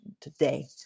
today